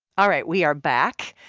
all right, we are back.